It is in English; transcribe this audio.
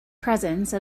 presence